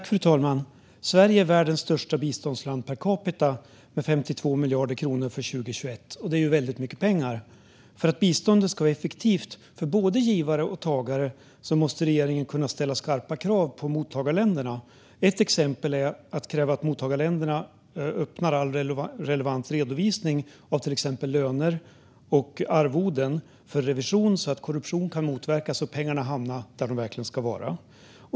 Fru talman! Sverige är världens största biståndsland per capita, med 52 miljarder kronor för 2021. Det är väldigt mycket pengar. För att biståndet ska vara effektivt för både givare och tagare måste regeringen ställa skarpa krav på mottagarländerna. Ett exempel är att kräva att mottagarländerna öppnar all relevant redovisning av till exempel löner och arvoden för revision, så att korruption kan motverkas och pengarna hamna där de verkligen ska vara.